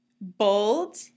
Bold